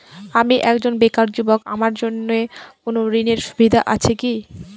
আমি একজন বেকার যুবক আমার জন্য কোন ঋণের সুবিধা আছে কি?